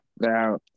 Now